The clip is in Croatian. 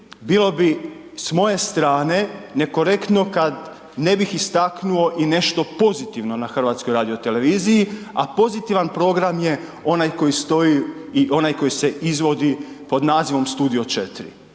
bilo bi s moje strane nekorektno kad ne bih istaknuo i nešto pozitivno na HRT-u a pozitivan program je onaj koji stoji i onaj koji se izvodi pod nazivom „Studio 4“.